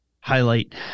highlight